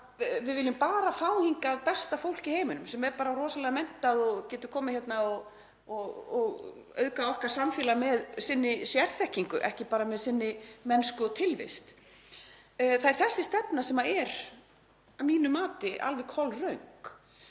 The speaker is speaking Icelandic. við viljum bara fá hingað besta fólk í heiminum sem er bara rosalega menntað og getur komið hingað og auðgað okkar samfélag með sinni sérþekkingu, ekki bara með sinni mennsku og tilvist. Það er þessi stefna sem er að mínu mati alveg kolröng.